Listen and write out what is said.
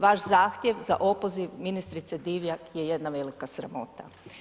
Vaš zahtjev za opoziv ministrice Divjak je jedna velika sramota.